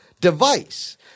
device